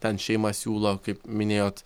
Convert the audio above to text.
ten šeima siūlo kaip minėjot